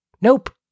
Nope